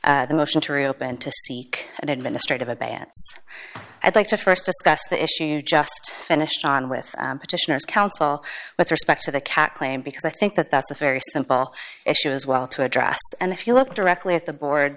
denying the motion to reopen to seek administrative a ban i'd like to st discuss the issue you just finished on with petitioners counsel with respect to the cat claim because i think that that's a very simple issue as well to address and if you look directly at the board